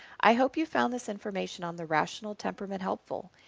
i hope you found this information on the rational temperament helpful.